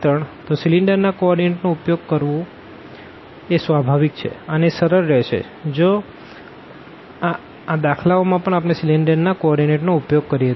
તો સીલીન્ડર ના coordinate નો ઉપયોગ કરવું એ સ્વાભાવિક છે અને એ સરળ રેહશે જો હવે ના દાખલાઓ માં આપણે સીલીન્ડર ના કો ઓર્ડીનેટ નો ઉપયોગ કરીએ તો